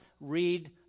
read